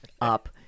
Up